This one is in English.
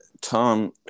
Tom